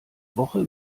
woche